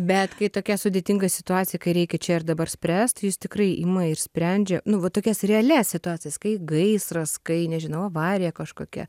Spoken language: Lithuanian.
bet kai tokia sudėtinga situacija kai reikia čia ir dabar spręst jis tikrai ima ir sprendžia nu va tokias realias situacijas kai gaisras kai nežinau avarija kažkokia